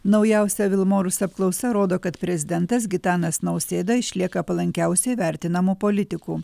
naujausia vilmorus apklausa rodo kad prezidentas gitanas nausėda išlieka palankiausiai vertinamų politikų